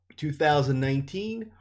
2019